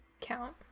count